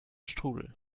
strudel